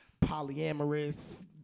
polyamorous